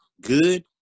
good